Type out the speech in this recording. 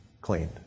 cleaned